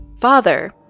father